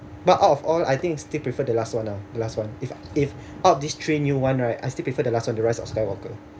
out of all I think still prefer the last one ah the last one if if out of these three new one I still prefer the last one the rise of skywalker